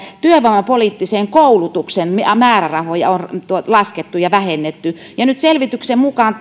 työvoimapoliittisen koulutuksen määrärahoja on laskettu ja vähennetty ja nyt selvityksen mukaan